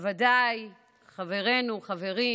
בוודאי חברנו, חברי